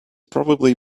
probably